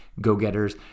go-getters